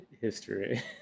history